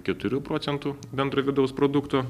keturių procentų bendrojo vidaus produkto